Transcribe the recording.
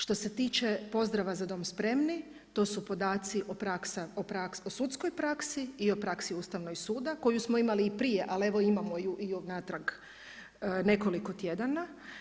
Što se tiče pozdrava „Za dom spremni“, to su podaci o sudskoj praksi i praksi Ustavnog suda koju smo imali i prije, ali evo imamo ju i unatrag nekoliko tjedana.